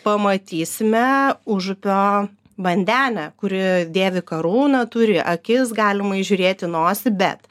pamatysime užupio vandenę kuri dėvi karūną turi akis galima įžiūrėti nosį bet